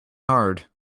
hard